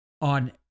on